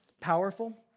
powerful